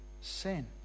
sin